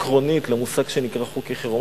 עקרונית למושג שנקרא "חוקי חירום".